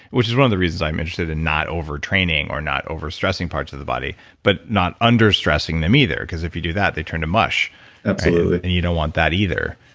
which is one of the reasons i'm interested in not over-training or not overstressing parts of the body but not under stressing them either. because if you do that, they turn to mush absolutely. and you don't want that either.